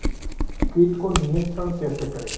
कीट को नियंत्रण कैसे करें?